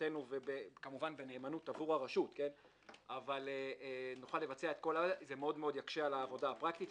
בשליטתנו עבור הרשות את כל ה --- זה מאוד יקשה על העבודה הפרקטית.